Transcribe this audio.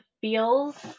feels